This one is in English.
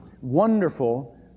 wonderful